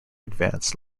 advanced